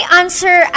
answer